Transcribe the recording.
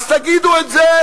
אז תגידו את זה.